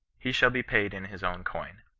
he shall be paid in his own coin.